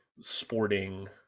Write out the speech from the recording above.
sporting